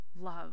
love